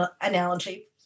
analogy